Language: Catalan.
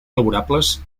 laborables